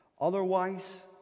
Otherwise